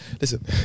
Listen